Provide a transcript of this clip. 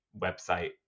website